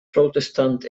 protestant